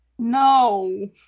no